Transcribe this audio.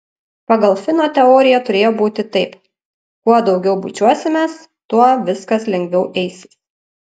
pagal fino teoriją turėjo būti taip kuo daugiau bučiuosimės tuo viskas lengviau eisis